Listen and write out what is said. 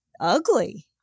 ugly